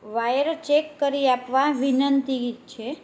wire check કરી આપવા વિનંતી છે